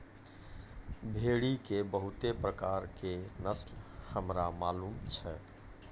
भेड़ी के बहुते प्रकार रो नस्ल हमरा मालूम छै